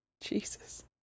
jesus